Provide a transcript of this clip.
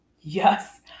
yes